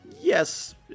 Yes